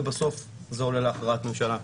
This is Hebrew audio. ובסוף זה עולה להכרעת ממשלה.